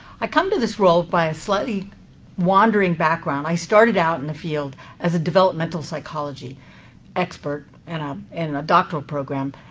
i come to this role by a slightly wandering background. i started out in the field as a developmental psychology expert and um in a doctoral program,